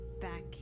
back